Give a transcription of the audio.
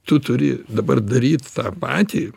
tu turi dabar daryt tą patį